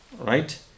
right